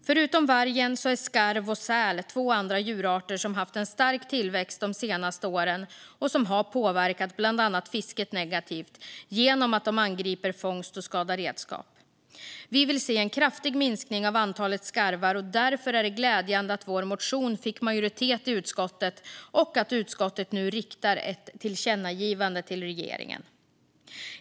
Förutom vargen är skarv och säl två djurarter som har haft en stark tillväxt de senaste åren och som har påverkat bland annat fisket negativt genom att de angriper fångst och skadar redskap. Vi vill se en kraftig minskning av antalet skarvar, och därför är det glädjande att vår motion fick majoritet i utskottet och att utskottet nu föreslår att ett tillkännagivande ska riktas till regeringen.